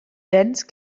dense